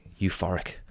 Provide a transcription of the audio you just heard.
euphoric